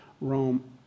Rome